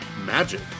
Magic